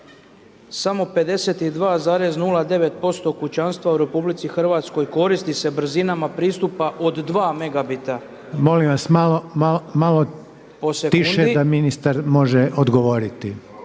samo 52,09% kućanstva u RH koristi se brzinama pristupa od 2 megabita … …/Upadica Reiner: Molim vas malo tiše da ministar može odgovoriti./…